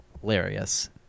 hilarious